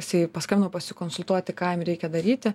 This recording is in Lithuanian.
jisai paskambino pasikonsultuoti ką jam reikia daryti